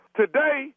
today